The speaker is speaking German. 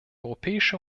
europäische